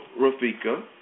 Rafika